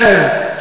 אם תשב,